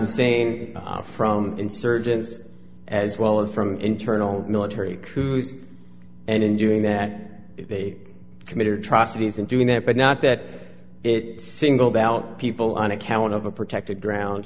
hussein from insurgence as well as from internal military coups and in doing that it committed atrocities in doing that but not that it singled out people on account of a protected gro